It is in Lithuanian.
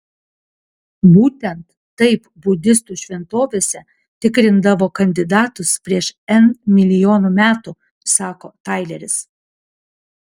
būtent taip budistų šventovėse tikrindavo kandidatus prieš n milijonų metų sako taileris